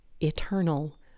eternal